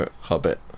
hobbit